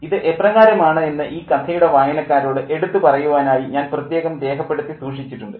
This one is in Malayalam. ഇത് എപ്രകാരമാണ് എന്ന് ഈ കഥയുടെ വായനക്കാരോട് എടുത്തു പറയുവാനായി ഞാൻ പ്രത്യേകം രേഖപ്പെടുത്തി സൂക്ഷിച്ചിട്ടുണ്ട്